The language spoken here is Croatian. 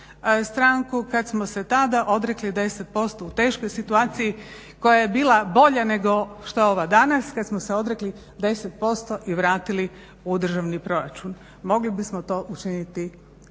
stranku, kada smo se tada odrekli 10% u teškoj situaciji koja je bila bolja nego što je ova danas kada smo se odrekli 10% i vratili u državni proračun. Mogli bismo to učiniti